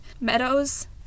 meadows